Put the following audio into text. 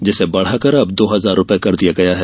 जिसे बढ़ाकर अब दो हजार रूपये कर दिया गया है